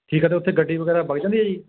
ਠੀਕ ਹੈ ਅਤੇ ਉੱਥੇ ਗੱਡੀ ਵਗੈਰਾ ਵਗ ਜਾਂਦੀ ਹੈ ਜੀ